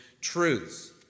truths